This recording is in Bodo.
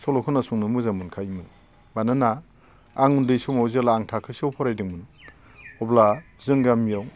सल' खोनासंनो मोजां मोनखायोमोन मानोना आं उन्दै समाव जेब्ला आं थाखोसेयाव फरायदोंमोन अब्ला जोंनि गामियाव